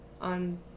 on